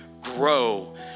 grow